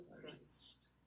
Christ